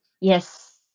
Yes